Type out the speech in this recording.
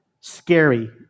scary